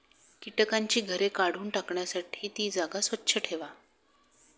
कीटकांची घरे काढून टाकण्यासाठी ती जागा स्वच्छ ठेवा